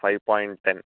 five point ten